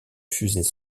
fusées